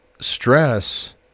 stress